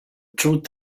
truth